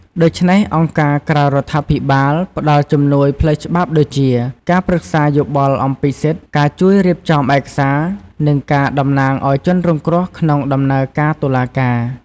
ដូច្នេះ អង្គការក្រៅរដ្ឋាភិបាលផ្ដល់ជំនួយផ្លូវច្បាប់ដូចជា ការប្រឹក្សាយោបល់អំពីសិទ្ធិ ការជួយរៀបចំឯកសារ និងការតំណាងឲ្យជនរងគ្រោះក្នុងដំណើរការតុលាការ។